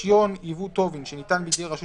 (5)רישיון יבוא טובין שניתן בידי רשות